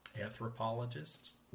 anthropologists